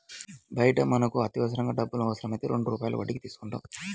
బయట మనకు అత్యవసరంగా డబ్బులు అవసరమైతే రెండు రూపాయల వడ్డీకి తీసుకుంటాం